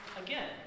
Again